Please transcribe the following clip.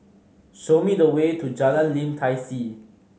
show me the way to Jalan Lim Tai See